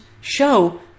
Show